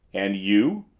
and you?